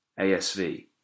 ASV